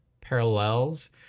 parallels